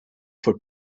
for